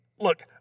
Look